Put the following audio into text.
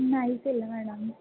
नाही केलं मॅडम